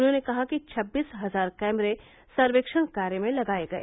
उन्होंने कहा कि छब्बीस हजार कैमरे सर्वेक्षण कार्य में लगाये गए